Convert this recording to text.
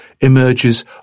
emerges